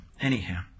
anyhow